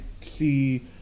see